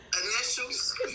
Initials